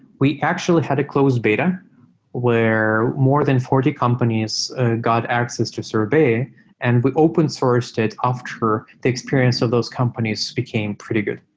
we actually had a close beta where more than forty companies got access to sorbet and we open sourced it after the experience of those companies became pretty good.